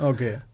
Okay